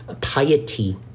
piety